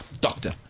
Doctor